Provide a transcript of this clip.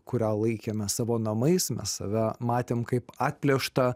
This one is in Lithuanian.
kurią laikėme savo namais mes save matėm kaip atplėštą